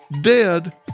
dead